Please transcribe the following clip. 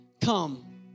come